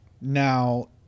Now